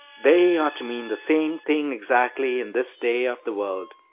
they ought to mean the same thing exactly in this day of the world,